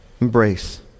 Embrace